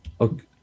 okay